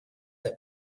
der